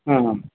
ಹಾಂ ಹಾಂ